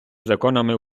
законами